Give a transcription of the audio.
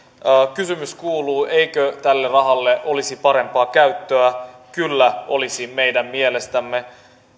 kysymys kuuluu eikö tälle rahalle olisi parempaa käyttöä kyllä olisi meidän mielestämme